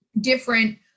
different